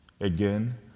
Again